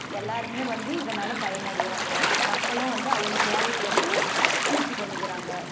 எல்லோருமே வந்து இதனால் பயனடைகிறாங்க மக்களும் வந்து அவங்க தேவைக்கு வந்து பூர்த்தி பண்ணிக்கிறாங்க